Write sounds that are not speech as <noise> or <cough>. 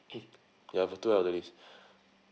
mm ya for two elderlies <breath>